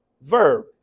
verb